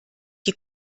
die